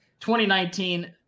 2019